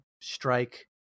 strike